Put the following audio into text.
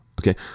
okay